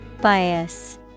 Bias